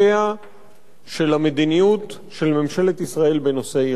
של המדיניות של ממשלת ישראל בנושא אירן.